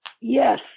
Yes